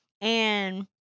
And-